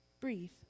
breathe